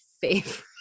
favorite